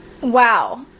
Wow